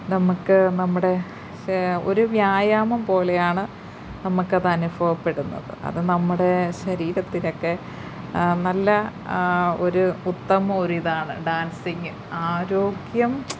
നമുക്ക് നമ്മുടെ ഒര് വ്യായാമം പോലെയാണ് നമുക്ക് അത് അനുഭവപ്പെടുന്നത് അത് നമ്മുടെ ശരീരത്തിനൊക്കെ നല്ല ഒര് ഉത്തമ ഒരിതാണ് ഡാൻസിങ് ആരോഗ്യം